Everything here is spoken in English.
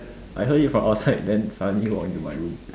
I heard it from outside then suddenly walk into my room